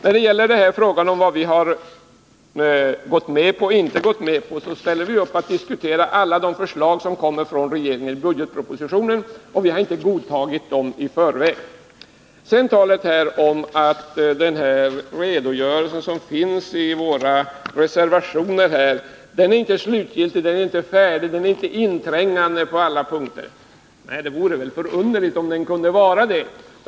När det gäller frågan om vad vi gått med på och inte gått med på vill jag säga att vi ställer upp och diskuterar alla de förslag som kommer från regeringen i budgetpropositionen. Vi har inte godtagit dem i förväg. Jörn Svensson talar om att redogörelsen i våra reservationer inte är slutgiltig, inte färdig, inte inträngande på alla punkter. Det vore väl förunderligt om den kunde vara det.